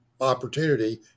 opportunity